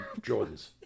Jordans